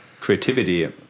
creativity